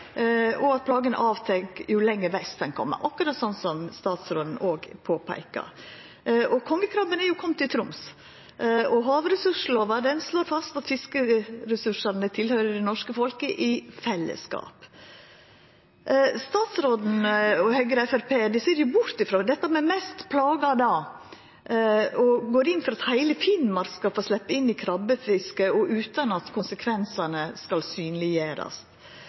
er komen til Troms, og havressurslova slår fast at fiskeressursane tilhøyrer det norske folk i fellesskap. Statsråden, Høgre og Framstegspartiet ser bort frå dette med «mest plaga» og går inn for at heile Finnmark skal få sleppa inn i krabbefisket utan at konsekvensane skal synleggjerast.